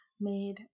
made